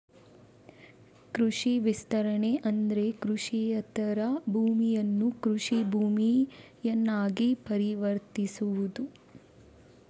ಕೃಷಿ ವಿಸ್ತರಣೆ ಅಂದ್ರೆ ಕೃಷಿಯೇತರ ಭೂಮಿಯನ್ನ ಕೃಷಿ ಭೂಮಿಯನ್ನಾಗಿ ಪರಿವರ್ತಿಸುವುದು